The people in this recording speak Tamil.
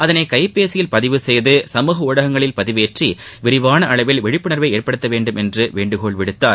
அதனை கைபேசியில் பதிவு செய்து சமூக ஊடகங்களில் பதிவேற்றி விரிவான அளவில் விழிப்புணர்வை ஏற்படுத்த வேண்டும் என்று வேண்டுகோள் விடுத்தார்